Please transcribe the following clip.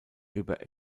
über